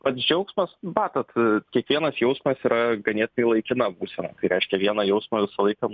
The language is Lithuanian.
pats džiaugsmas batat kiekvienas jausmas yra ganėtinai laikina būsena tai reiškia vieną jausmą visą laiką